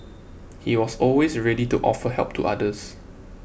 he was always ready to offer help to others